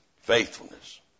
Faithfulness